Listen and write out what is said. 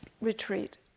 retreat